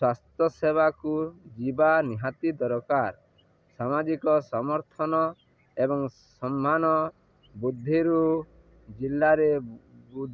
ସ୍ୱାସ୍ଥ୍ୟ ସେବାକୁ ଯିବା ନିହାତି ଦରକାର ସାମାଜିକ ସମର୍ଥନ ଏବଂ ସମ୍ମାନ ବୃଦ୍ଧିରୁ ଜିଲ୍ଲାରେ